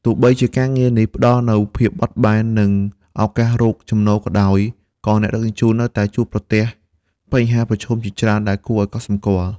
ទោះបីជាការងារនេះផ្តល់នូវភាពបត់បែន និងឱកាសរកចំណូលក៏ដោយ ក៏អ្នកដឹកជញ្ជូននៅតែជួបប្រទះបញ្ហាប្រឈមជាច្រើនដែលគួរឱ្យកត់សម្គាល់។